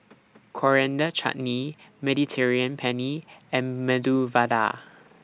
Coriander Chutney Mediterranean Penne and Medu Vada